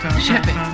Shipping